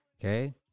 Okay